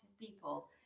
people